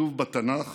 הכתוב בתנ"ך